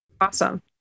Awesome